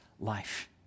life